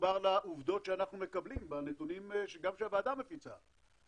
מחובר לעובדות שאנחנו מקבלים בנתונים גם שהוועדה מפיצה.